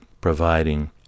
providing